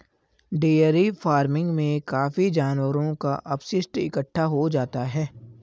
dairy farming में काफी जानवरों का अपशिष्ट इकट्ठा हो जाता है